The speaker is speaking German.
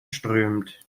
strömt